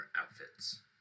outfits